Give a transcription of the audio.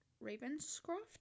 Ravenscroft